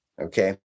okay